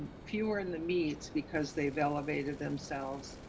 fewer in the meets because they've elevated themselves.